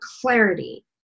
clarity